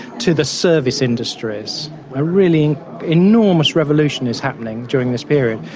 to the service industries. a really enormous revolution is happening during this period.